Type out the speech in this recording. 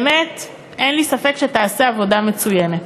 באמת, אין לי ספק שתעשה עבודה מצוינת,